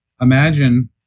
imagine